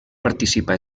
participa